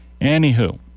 Anywho